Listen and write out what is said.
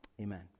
amen